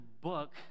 book